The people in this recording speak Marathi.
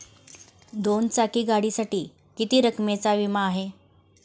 दोन चाकी गाडीसाठी किती रकमेचा विमा आहे?